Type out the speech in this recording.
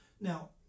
Now